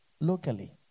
locally